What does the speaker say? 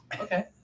Okay